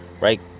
right